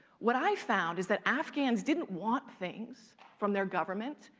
what i found is that afghans didn't want things from their government.